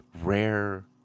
rare